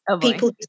people